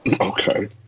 Okay